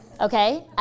Okay